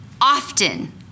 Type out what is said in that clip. often